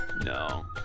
No